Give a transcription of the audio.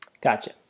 Gotcha